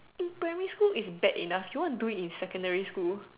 in primary school it's bad enough you want to do it in secondary school